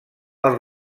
els